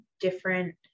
different